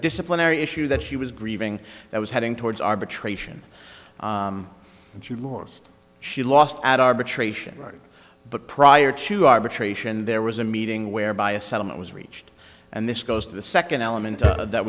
disciplinary issue that she was grieving that was heading towards arbitration and she lost she lost at arbitration but prior to arbitration there was a meeting whereby a settlement was reached and this goes to the second element that